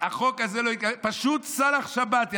החוק הזה לא, פשוט סלאח שבתי.